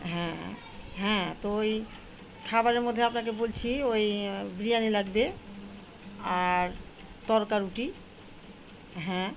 হ্যাঁ হ্যাঁ তো ওই খাবারের মধ্যে আপনাকে বলছি ওই বিরিয়ানি লাগবে আর তড়কা রুটি হ্যাঁ